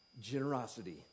Generosity